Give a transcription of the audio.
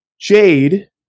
Jade